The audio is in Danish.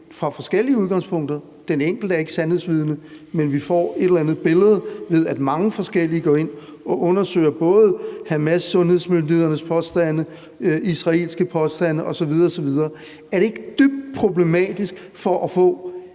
fra forskellige udgangspunkter. Den enkelte er ikke sandhedsvidne, men vi får et eller andet billede, ved at mange forskellige går ind og undersøger både Hamas' sundhedsmyndigheders påstande, israelske påstande osv. Er det ikke dybt problematisk for at få